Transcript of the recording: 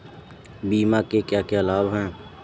बीमा के क्या क्या लाभ हैं?